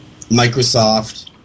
Microsoft